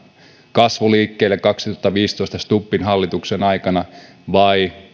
kasvu liikkeelle kaksituhattaviisitoista stubbin hallituksen aikana vai